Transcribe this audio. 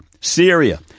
Syria